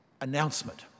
announcement